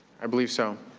i believe so.